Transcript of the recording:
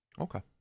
Okay